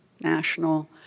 national